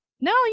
No